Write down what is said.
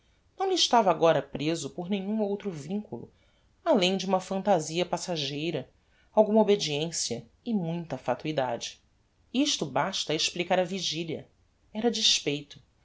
não lhe estava agora preso por nenhum outro vinculo além de uma phantasia passageira alguma obediencia e muita fatuidade e isto basta a explicar a vigilia era despeito